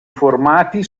formati